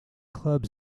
clubs